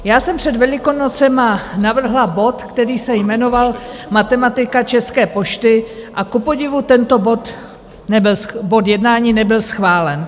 Já jsem před Velikonocemi navrhla bod, který se jmenoval Matematika České pošty, a kupodivu tento bod jednání nebyl schválen.